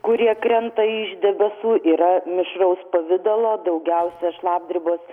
kurie krenta iš debesų yra mišraus pavidalo daugiausia šlapdribos